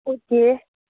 okay